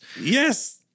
yes